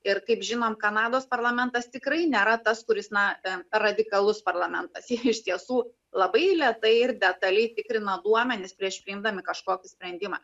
ir kaip žinom kanados parlamentas tikrai nėra tas kuris na radikalus parlamentas iš tiesų labai lėtai ir detaliai tikrina duomenis prieš priimdami kažkokį sprendimą